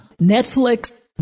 Netflix